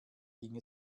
ging